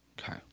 Okay